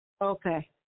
Okay